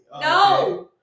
no